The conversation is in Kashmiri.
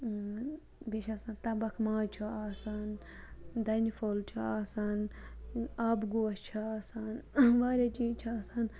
بیٚیہِ چھِ آسان تَبَکھ ماز چھُ آسان دَنہِ پھوٚل چھُ آسان آبہٕ گوش چھُ آسان واریاہ چیٖز چھِ آسان